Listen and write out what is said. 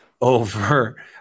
Over